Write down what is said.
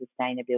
sustainability